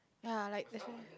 ya like